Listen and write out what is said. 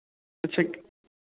अच्छा क